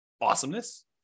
Awesomeness